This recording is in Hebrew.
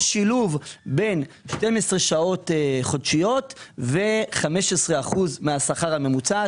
או שילוב בין 12 שעות חודשיות ו-15% מהשכר הממוצע,